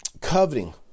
coveting